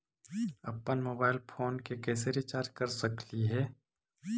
अप्पन mobile phone के कैसे रिचार्ज कर सकली हे?